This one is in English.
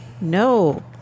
No